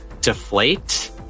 deflate